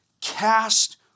cast